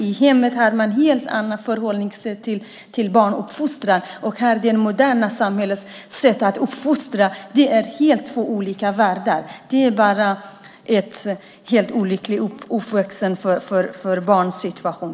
I hemmet har man ett helt annat förhållningssätt i fråga om barnuppfostran än när det gäller det moderna samhällets sätt att uppfostra barn. Det är två helt olika världar. Det här är olyckligt för barns uppväxtsituation.